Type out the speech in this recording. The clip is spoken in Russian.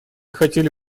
хотели